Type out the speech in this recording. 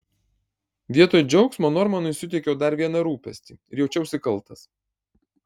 vietoj džiaugsmo normanui suteikiau dar vieną rūpestį ir jaučiausi kaltas